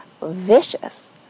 vicious